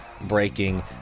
breaking